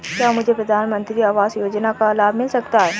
क्या मुझे प्रधानमंत्री आवास योजना का लाभ मिल सकता है?